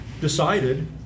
decided